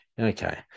Okay